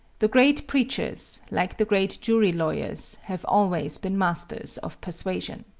the great preachers, like the great jury-lawyers, have always been masters of persuasion.